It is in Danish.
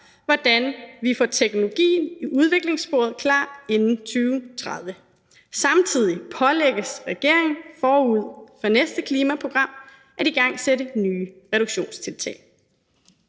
hvordan vi får teknologierne i udviklingssporet klar inden 2030. Samtidig pålægges regeringen forud for næste klimaprogram at igangsætte nye reduktionstiltag.«